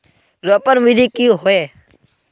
रोपण विधि की होय?